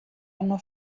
hanno